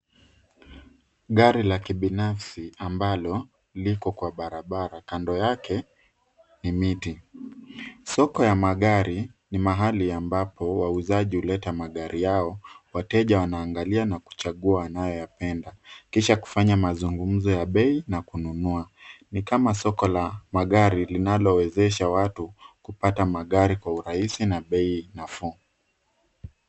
Gari la kibinafsi ambalo liko kwa barabara. Kando ya ni miti. Soko ya magari ni mahali ambapo wauzaji huleta magari yao, wateja wanaangalia na kuchagua wanayoyapenda, kisha kufanya mazingumzo ya bei na kununua. Ni kama soko la magari linalowezesha watu kupata magari kwa urahisi na bei nafuu.